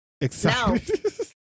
excited